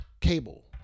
cable